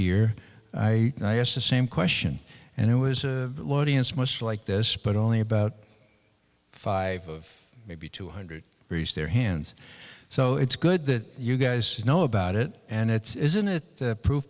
year i asked the same question and it was much like this but only about five of maybe two hundred raised their hands so it's good that you guys know about it and it's isn't it proof